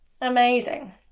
amazing